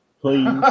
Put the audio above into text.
Please